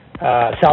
South